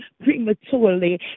prematurely